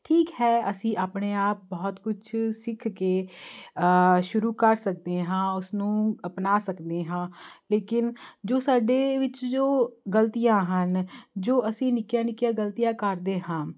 ਠੀਕ ਹੈ ਅਸੀਂ ਆਪਣੇ ਆਪ ਬਹੁਤ ਕੁਛ ਸਿੱਖ ਕੇ ਸ਼ੁਰੂ ਕਰ ਸਕਦੇ ਹਾਂ ਉਸਨੂੰ ਆਪਣਾ ਸਕਦੇ ਹਾਂ ਲੇਕਿਨ ਜੋ ਸਾਡੇ ਵਿੱਚ ਜੋ ਗਲਤੀਆਂ ਹਨ ਜੋ ਅਸੀਂ ਨਿੱਕੀਆਂ ਨਿੱਕੀਆਂ ਗਲਤੀਆਂ ਕਰਦੇ ਹਾਂ